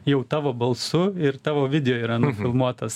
jau tavo balsu ir tavo video yra nufilmuotas